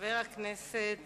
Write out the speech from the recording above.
חבר הכנסת